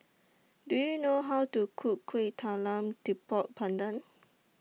Do YOU know How to Cook Kueh Talam Tepong Pandan